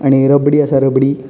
आनी रबडी आसा रबडी